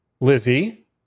Lizzie